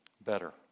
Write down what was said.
better